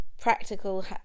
practical